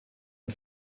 but